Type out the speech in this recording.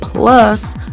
Plus